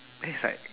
then is like